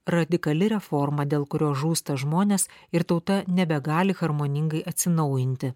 radikali reforma dėl kurio žūsta žmonės ir tauta nebegali harmoningai atsinaujinti